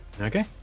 Okay